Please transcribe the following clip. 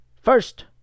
first